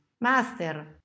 Master